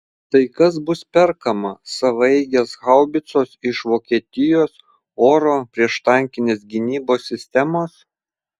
tai kas bus perkama savaeigės haubicos iš vokietijos oro prieštankinės gynybos sistemos